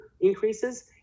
increases